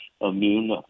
immune